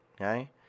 Okay